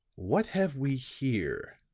what have we here?